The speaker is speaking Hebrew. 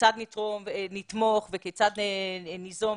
כיצד נתמוך וכיצד ניזום,